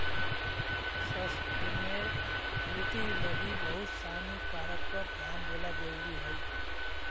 sustainability लगी बहुत सानी कारक पर ध्यान देला जरुरी हई